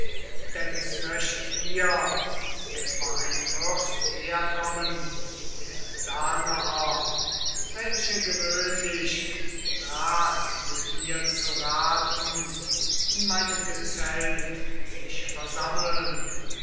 denn es möcht hier etwa ein fürst herkommen der danaer welche gewöhnlich rat mit mir zu raten in meinem gezelt sich versammeln